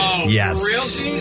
Yes